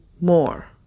more